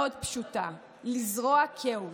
מאוד פשוטה: לזרוע כאוס.